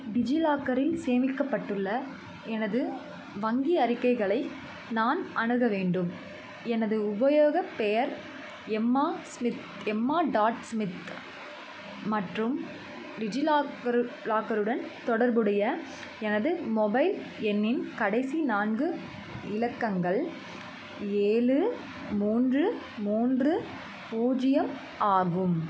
டிஜிலாக்கரில் சேமிக்கப்பட்டுள்ள எனது வங்கி அறிக்கைகளை நான் அணுக வேண்டும் எனது உபயோகப் பெயர் Emma Smith Emma dot Smith மற்றும் டிஜிலாக்கர் லாக்கருடன் தொடர்புடைய எனது மொபைல் எண்ணின் கடைசி நான்கு இலக்கங்கள் ஏழு மூன்று மூன்று பூஜ்ஜியம் ஆகும்